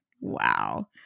wow